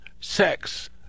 sex